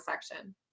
section